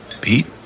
Pete